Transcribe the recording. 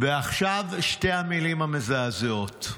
ועכשיו שתי המילים המזעזעות: